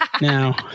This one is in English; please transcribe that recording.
Now